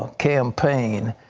campaign.